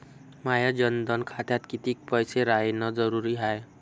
माया जनधन खात्यात कितीक पैसे रायन जरुरी हाय?